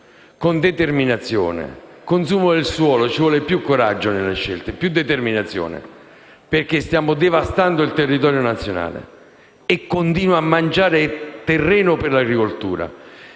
e determinazione. Sul consumo del suolo ci vuole più coraggio e più determinazione nelle scelte, perché stiamo devastando il territorio nazionale e continuando a mangiare terreno per l'agricoltura.